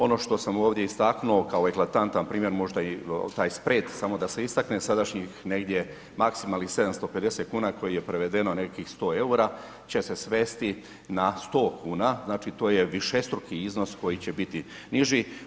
Ovo što sam ovdje istaknuo kao eklatantan primjer možda i taj spred samo da se istakne, sadašnjih negdje maksimalnih 750,00 kn koji je prevedeno nekih 100,00 EUR-a će se svesti na 100,00 kn, znači to je višestruki iznos koji će biti niži.